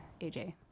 AJ